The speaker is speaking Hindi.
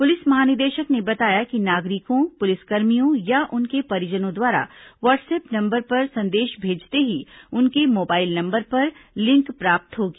पुलिस महानिदेशक ने बताया कि नागरिकों पुलिसकर्मियों या उनके परिजनों द्वारा वाट्एऐप नंबर पर संदेश भेजते ही उनके मोबाइल नंबर पर लिंक प्राप्त होगी